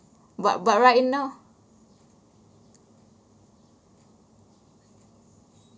but but right now